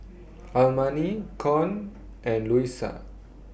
Armani Con and Luisa